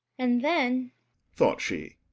and then thought she,